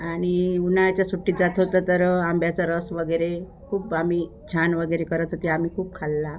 आणि उन्हाळ्याच्या सुट्टीत जात होतो तर आंब्याचा रस वगैरे खूप आम्ही छान वगैरे करत होती आम्ही खूप खाल्ला